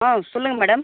ஆ சொல்லுங்கள் மேடம்